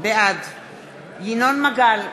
בעד ינון מגל,